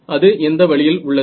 அது எந்த வழியில் உள்ளது